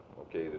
Okay